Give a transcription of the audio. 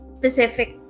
specific